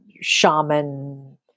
shaman